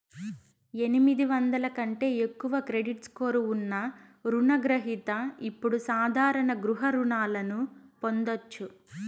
ఎనిమిది వందల కంటే ఎక్కువ క్రెడిట్ స్కోర్ ఉన్న రుణ గ్రహిత ఇప్పుడు సాధారణ గృహ రుణాలను పొందొచ్చు